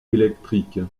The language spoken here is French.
électrique